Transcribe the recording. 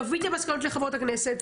נביא את המסכנות לחברות הכנסת,